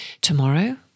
tomorrow